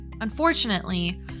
Unfortunately